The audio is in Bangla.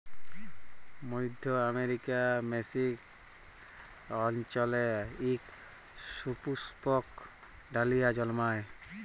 মইধ্য আমেরিকার মেক্সিক অল্চলে ইক সুপুস্পক ডালিয়া জল্মায়